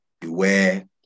beware